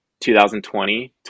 2020